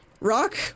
Rock